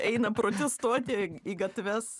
eina protestuoti į gatves